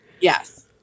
Yes